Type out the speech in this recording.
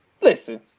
listen